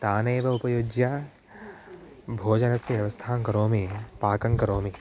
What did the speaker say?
तानेव उपयुज्य भोजनस्य व्यवस्थां करोमि पाकं करोमि